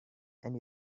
and